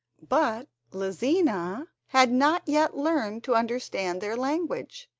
but lizina had not yet learned to understand their language,